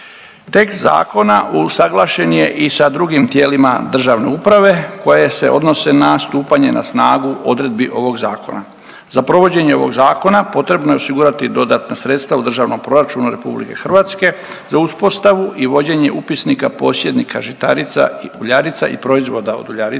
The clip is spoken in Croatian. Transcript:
Tekst zakona usuglašen je i sa drugim tijelima državne uprave koje se odnose na stupanje na snagu odredbi ovog zakona. Za provođenje ovog zakona potrebno je osigurati dodatna sredstva u državnom proračunu Republike Hrvatske za uspostavu i vođenje Upisnika posjednika žitarica i uljarica i proizvoda od uljarica.